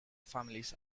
families